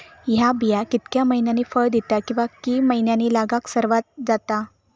हया बिया कितक्या मैन्यानी फळ दिता कीवा की मैन्यानी लागाक सर्वात जाता?